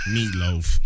Meatloaf